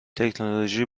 تکنولوژی